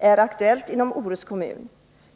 är aktuella inom Orusts kommun.